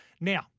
Now